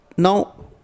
Now